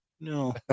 no